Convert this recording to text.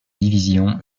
division